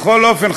בכל אופן,